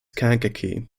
kankakee